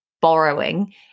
borrowing